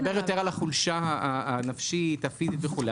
לא, אני מדבר יותר על החולשה הנפשית, הפיזית וכו'.